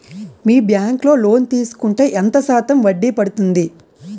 మీ bank లో loan తీసుకుంటే ఎంత శాతం వడ్డీ పడ్తుంది?